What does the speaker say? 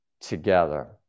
together